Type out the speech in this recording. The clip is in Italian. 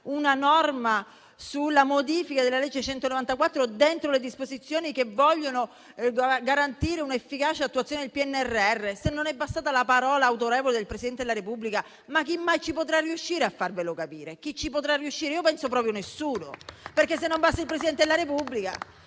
una norma di modifica della legge n. 194 dentro le disposizioni che vogliono garantire un'efficace attuazione del PNRR, se non è bastata la parola autorevole del Presidente della Repubblica, chi mai potrà riuscire a farvelo capire? Chi ci potrà riuscire? Penso proprio nessuno, perché, se non basta il Presidente della Repubblica,